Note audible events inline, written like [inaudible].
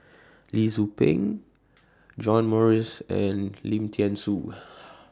Lee Tzu Pheng John Morrice and Lim Thean Soo [noise]